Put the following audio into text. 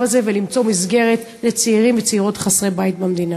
הזה ולמצוא מסגרת לצעירים וצעירות חסרי בית במדינה.